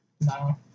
no